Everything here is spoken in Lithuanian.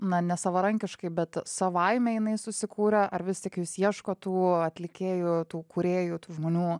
na ne savarankiškai bet savaime jinai susikūrė ar vis tik jūs ieškot tų atlikėjų tų kūrėjų tų žmonių